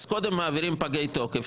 קודם מעבירים פגי תוקף,